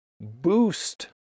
boost